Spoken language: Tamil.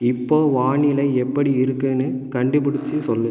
இப்போது வானிலை எப்படி இருக்குதுனு கண்டுபிடித்து சொல்லு